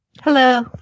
Hello